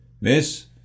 Miss